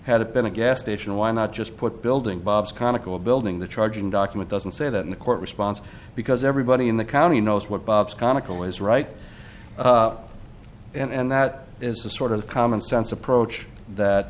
had it been a gas station why not just put building bob's conical building the charging document doesn't say that in the court response because everybody in the county knows what bob's comical is right and that is the sort of commonsense approach that